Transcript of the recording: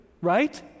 right